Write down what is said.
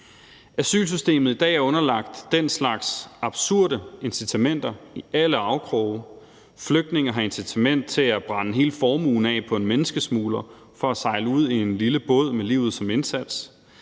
Asylsystemet i dag er underlagt den slags absurde incitamenter i alle afkroge. Flygtninge har incitament til at brænde hele formuen af på en menneskesmugler for at sejle ud i en lille båd med livet som indsats;